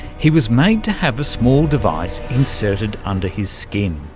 he was made to have a small device inserted under his skin.